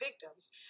victims